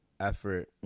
effort